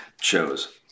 chose